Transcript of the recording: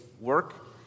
work